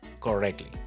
correctly